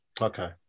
Okay